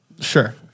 Sure